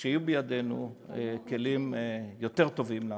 יהיו בידינו כלים יותר טובים לעשייה.